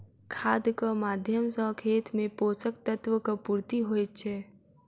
खादक माध्यम सॅ खेत मे पोषक तत्वक पूर्ति होइत छै